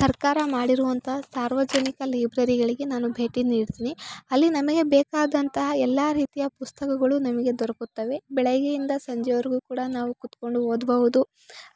ಸರ್ಕಾರ ಮಾಡಿರುವಂಥ ಸಾರ್ವಜನಿಕ ಲೈಬ್ರೆರಿಗಳಿಗೆ ನಾನು ಭೇಟಿ ನೀಡ್ತೀನಿ ಅಲ್ಲಿ ನಮಗೆ ಬೇಕಾದಂತಹ ಎಲ್ಲ ರೀತಿಯ ಪುಸ್ತಕಗಳು ನಮಗೆ ದೊರಕುತ್ತವೆ ಬೆಳಗ್ಗೆಯಿಂದ ಸಂಜೆವರೆಗೂ ಕೂಡ ನಾವು ಕುತ್ಕೊಂಡು ಓದಬಹುದು